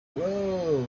wow